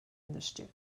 understood